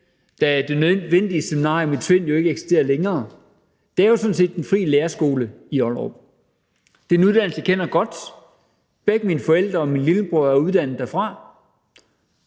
Det Nødvendige Seminarium i Tvind ikke eksisterer længere – er jo sådan set Den Frie Lærerskole i Ollerup. Det er en uddannelse, som jeg kender godt; begge mine forældre og min lillebror er uddannet derfra.